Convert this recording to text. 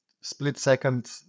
split-second